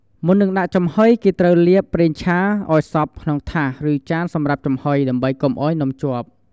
មុននឹងដាក់ចំហុយ គេត្រូវលាប ប្រេងឆា ឲ្យសព្វក្នុងថាស ឬចានសម្រាប់ចំហុយ ដើម្បីកុំឲ្យនំជាប់។